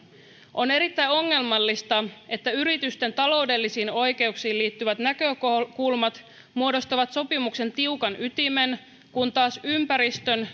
on erittäin ongelmallista että yritysten taloudellisiin oikeuksiin liittyvät näkökulmat muodostavat sopimuksen tiukan ytimen kun taas ympäristön